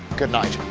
good night!